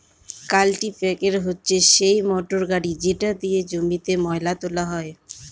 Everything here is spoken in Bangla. কাল্টিপ্যাকের হচ্ছে সেই মোটর গাড়ি যেটা দিয়ে জমিতে ময়লা তোলা হয়